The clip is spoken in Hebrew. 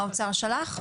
האוצר שלח?